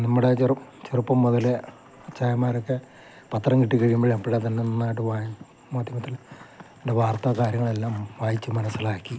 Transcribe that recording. നമ്മുടെ ചെറുപ്പം മുതൽ അച്ചായമാരൊക്കെ പത്രം കിട്ടി മാധ്യമത്തിൽ വാർത്താ കാര്യങ്ങളെല്ലാം വായിച്ചു മനസ്സിലാക്കി